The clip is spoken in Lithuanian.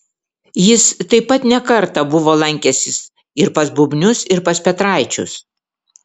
jis taip pat ne kartą buvo lankęsis ir pas bubnius ir pas petraičius